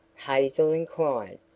hazel inquired.